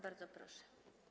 Bardzo proszę.